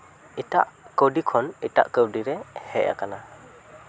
ᱮᱴᱟᱜ ᱠᱟᱹᱣᱰᱤ ᱠᱷᱚᱱ ᱮᱴᱟᱜ ᱠᱟᱹᱣᱰᱤ ᱨᱮ ᱦᱮᱡ ᱠᱟᱱᱟ